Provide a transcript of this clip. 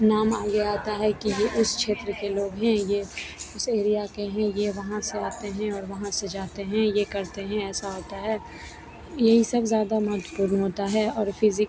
नाम आगे आता है कि ये उस क्षेत्र के लोग हैं ये उस एरिया के हैं ये वहाँ से आते हैं और वहाँ से जाते हैं ये करते हैं ऐसा होता है यही सब ज़ादा महत्वपूर्ण होता है और फिज़िक